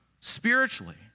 spiritually